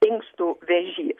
inkstų vėžys